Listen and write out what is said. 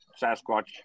Sasquatch